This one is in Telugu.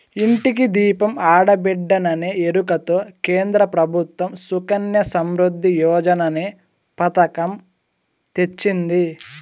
ఇంటికి దీపం ఆడబిడ్డేననే ఎరుకతో కేంద్ర ప్రభుత్వం సుకన్య సమృద్ధి యోజననే పతకం తెచ్చింది